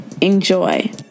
enjoy